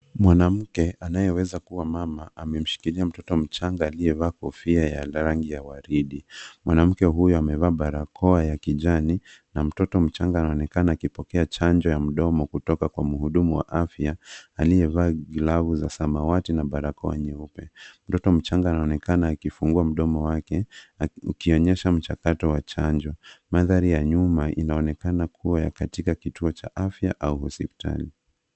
Mwanamke anayeweza kuwa mama amemshikilia mtoto mchanga aliyevaa kofia ya rangi ya waridi. Mwanamke huyo amevaa barakoa ya kijani na mtoto mchanga anaonekana akipokea chanjo ya mdomo kutoka kwa mhudumu wa afya aliyevaa glavu za samawati na barakoa nyeupe. Mtoto mchanga anaonekana akifungua mdomo wake ukionyesha mchakato wa chanjo. Mandhari ya nyuma inaonekana kuwa ya katika kituo cha afya au hospitali.